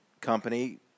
company